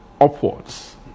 upwards